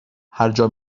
هرجا